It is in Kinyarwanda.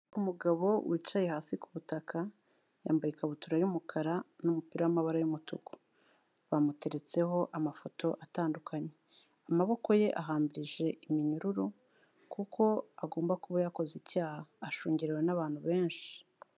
Umugabo wicaye hasi ku butaka, yambaye ikabutura y'umukara n'umupira w'amabara y'umutuku. Bamuteretseho amafoto atandukanye. Amaboko ye ahambirije iminyururu, kuko agomba kuba yakoze icyaha, ashungerewe n'abantu benshi.